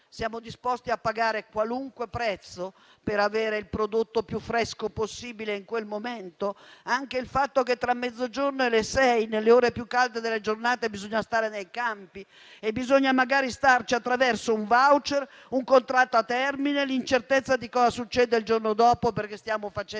Siamo disposti a pagare qualunque prezzo per avere il prodotto più fresco possibile in quel momento, anche se tra mezzogiorno e le sei, nelle ore più calde della giornata, bisogna stare nei campi, magari per un *voucher* o un contratto a termine, nell'incertezza di cosa succede il giorno dopo, perché stiamo facendo